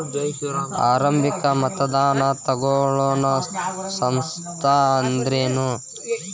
ಆರಂಭಿಕ್ ಮತದಾನಾ ತಗೋಳೋ ಸಂಸ್ಥಾ ಅಂದ್ರೇನು?